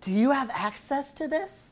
do you have access t